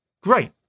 Great